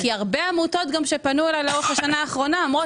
הרבה עמותות שפנו אליי בשנה האחרונה אמרו: